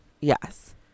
Yes